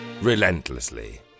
relentlessly